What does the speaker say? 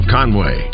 Conway